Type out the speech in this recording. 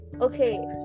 Okay